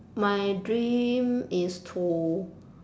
my dream is to